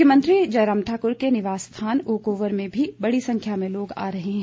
मुख्यमंत्री जयराम ठाकुर के निवास स्थान ओकओवर में भी बड़ी संख्या में लोग आ रहे हैं